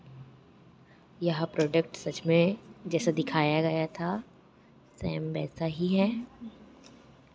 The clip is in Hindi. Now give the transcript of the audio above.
यह प्रोडक्ट सच में जैसा दिखाया गया था सेम वैसा ही है